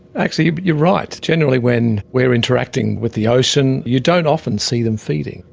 actually you're right. generally when we are interacting with the ocean you don't often see them feeding.